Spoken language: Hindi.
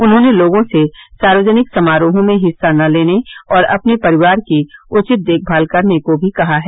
उन्होंने लोगों से सार्वजनिक समारोहों में हिस्सा न लेने और अपने परिवार की उचित देखभाल करने को भी कहा है